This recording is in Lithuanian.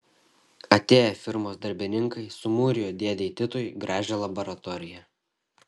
atėję firmos darbininkai sumūrijo dėdei titui gražią laboratoriją